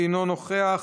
אינו נוכח,